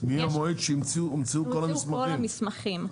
מהמועד שהומצאו כל המסמכים.